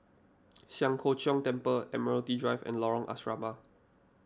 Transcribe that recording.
Siang Cho Keong Temple Admiralty Drive and Lorong Asrama